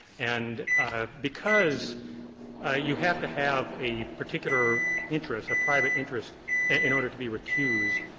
and because ah you have to have a particular interest, a private interest in order to be recused,